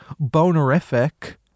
bonerific